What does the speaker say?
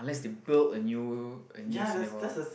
unless they built a new a new cinema